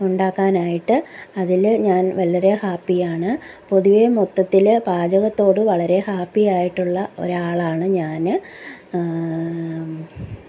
ഉണ്ടാക്കാനായിട്ട് അതില് ഞാൻ വളരെ ഹാപ്പി ആണ് പൊതുവേ മൊത്തത്തിൽ പാചകത്തോട് വളരെ ഹാപ്പി ആയിട്ടുള്ള ഒരാളാണ് ഞാൻ